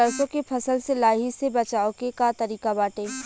सरसो के फसल से लाही से बचाव के का तरीका बाटे?